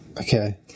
Okay